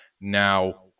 Now